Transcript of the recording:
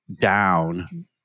down